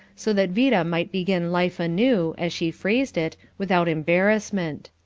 so that vida might begin life anew, as she phrased it, without embarrassment.